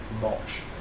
mulch